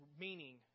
meaning